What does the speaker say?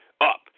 up